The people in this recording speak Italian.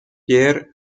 pierre